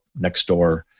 Nextdoor